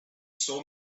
saw